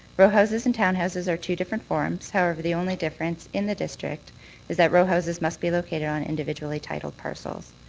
row houses and townhouses are two different forms. however, the only difference in the district is that row houses must be located on individually titled parcells.